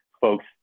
folks